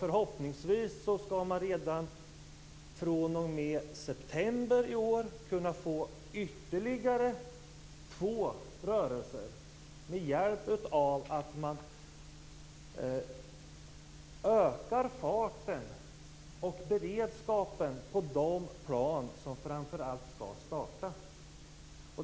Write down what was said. Förhoppningsvis skall man redan fr.o.m. september i år kunna få ytterligare två rörelser med hjälp av att man ökar farten och beredskapen på framför allt de plan som skall starta.